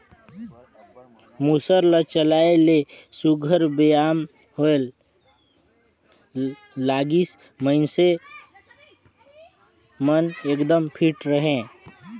मूसर ल चलाए ले सुग्घर बेयाम होए लागिस, मइनसे मन एकदम फिट रहें